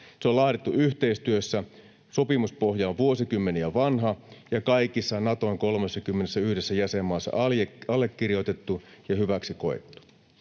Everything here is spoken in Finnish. Se on laadittu yhteistyössä, sopimuspohja on vuosikymmeniä vanha ja kaikissa Naton 31 jäsenmaassa allekirjoitettu ja hyväksi koettu.